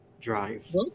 Drive